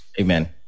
Amen